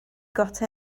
got